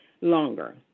longer